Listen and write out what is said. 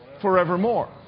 forevermore